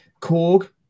Korg